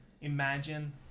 imagine